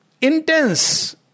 intense